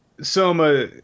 Soma